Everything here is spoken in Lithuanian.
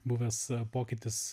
buvęs pokytis